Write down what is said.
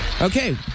Okay